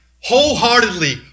wholeheartedly